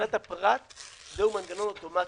מבחינת הפרט זהו מנגנון אוטומטי.